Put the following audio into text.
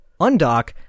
Undock